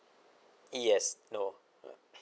yes no no